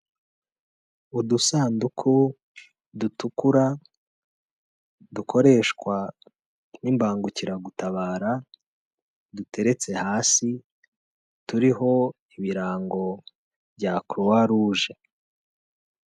Udusanduku dutukura dukoreshwa n'ibangukiragutabara duteretse hasi turiho ibirango bya Croix rouge.